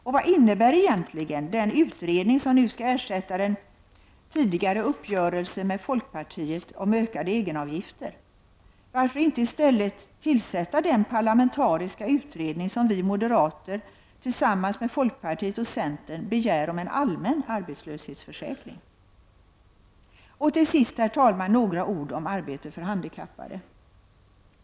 Och vad innebär egentligen den utredning som nu skall ersätta den tidigare uppgörelsen med folkpartiet om ökade egenavgifter? Varför inte i stället tillsätta den parlamentariska utredning vi moderater, liksom folkpartiet och centern, begär om en allmän arbetslöshetsförsäkring? Så till sist, herr talman, några ord om arbete för handikappade.